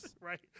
Right